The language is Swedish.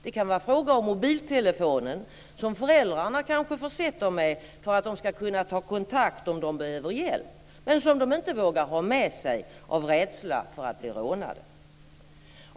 Det kan vara fråga om mobiltelefonen, som föräldrarna kanske försett dem med för att de ska kunna ta kontakt om de behöver hjälp men som de inte vågar ha med sig av rädsla för att bli rånade.